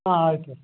ಹಾಂ ಆಯ್ತು ಹೇಳಿ